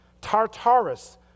tartarus